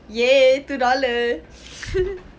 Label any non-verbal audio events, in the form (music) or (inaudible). ya two dollars (laughs)